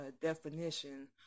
definition